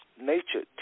nature